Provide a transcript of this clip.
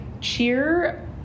cheer